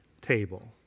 table